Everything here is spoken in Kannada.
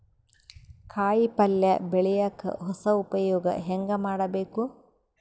ಕಾಯಿ ಪಲ್ಯ ಬೆಳಿಯಕ ಹೊಸ ಉಪಯೊಗ ಹೆಂಗ ಮಾಡಬೇಕು?